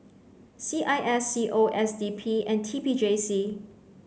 C I S C O S D P and T P J C